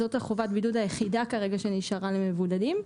זאת חובת הבידוד היחידה כרגע שנשארה למבודדים,